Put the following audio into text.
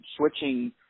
switching